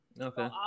Okay